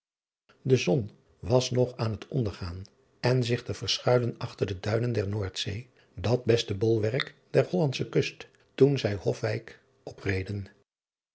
e zon was nog aan het ondergaan en zich te verschuilen achter de duinen der oordzee dat beste bolwerk der ollandsche kust toen zij ofwijk opreden